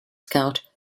scout